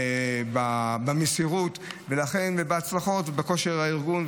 במסירות ובהצלחות ובכושר הארגון.